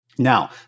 Now